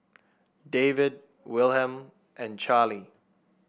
David Wilhelm and Charlie